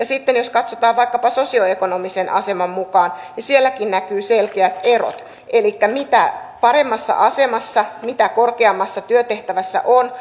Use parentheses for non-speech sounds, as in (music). (unintelligible) sitten jos katsotaan vaikkapa sosioekonomisen aseman mukaan niin sielläkin näkyy selkeät erot elikkä mitä paremmassa asemassa mitä korkeammassa työtehtävässä on (unintelligible)